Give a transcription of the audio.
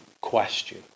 question